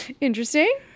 Interesting